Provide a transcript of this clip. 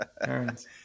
parents